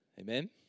Amen